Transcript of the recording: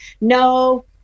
no